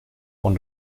von